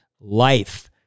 life